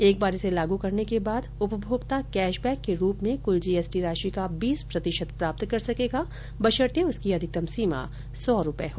एक बार इसे लागू करने के बाद उपभोक्ता कैशबैक के रूप में कुल जीएसटी राशि का बीस प्रतिशत प्राप्त कर सकेगा बशर्ते उसकी अधिकतम सीमा सौ रुपये हो